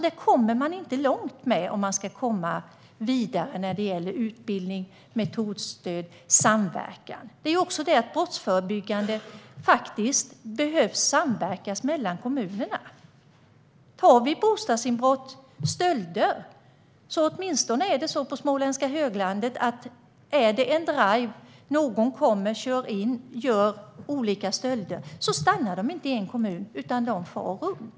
Det kommer man inte långt med i fråga om utbildning, metodstöd och samverkan. I det brottsförebyggande arbetet måste kommunerna samverka. Åtminstone på småländska höglandet kan det vara så att någon gör en "drive", kör in i en kommun, begår stölder och bostadsinbrott, och sedan far runt i de andra kommunerna.